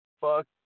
fuck